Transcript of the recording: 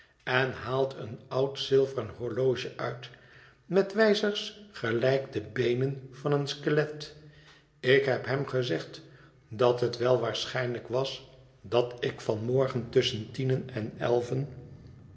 en haalt een oud zilveren horloge uit met wijzers gelijk de beenen van een skelet ik heb hem gezegd dat het wel waarschijnlijk was dat ik van morgen tusschen tienen en elven